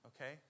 Okay